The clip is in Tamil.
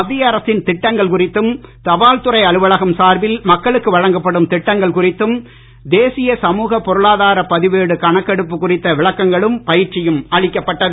மத்திய அரசின் திட்டங்கள் குறித்தும் தபால் துறை அலுவலகம் சார்பில் மக்களுக்கு வழங்கப்படும் திட்டங்கள் குறித்தும் தேசிய சமூக பொருளாதார பதிவேடு கணக்கெடுப்பு குறித்த விளக்கங்களும் பயிற்சியும் அளிக்கப்பட்டது